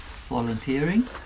volunteering